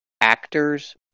actors